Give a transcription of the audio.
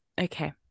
Okay